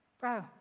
Bro